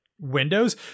windows